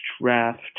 draft